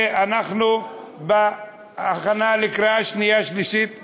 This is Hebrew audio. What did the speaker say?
ואנחנו בהכנה לקריאה שנייה ושלישית,